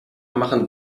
machen